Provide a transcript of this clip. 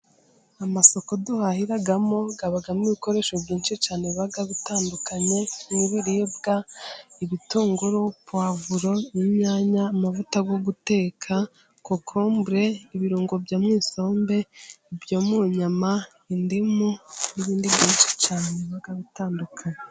Amasoko duhahiramo abamo ibikoresho byinshi cyane biba bitandukanye n'ibiribwa ibitunguru, puwavuro, inyanya, amavuta yo guteka, kokombure, ibirungo byo mu isombe, ibyo mu nyama, indimu n'ibindi byinshi cyane biba bitandukanye.